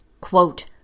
Quote